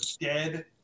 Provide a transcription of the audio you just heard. dead